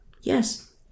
Yes